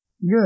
Good